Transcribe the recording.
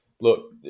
Look